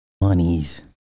monies